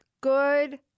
Good